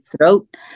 throat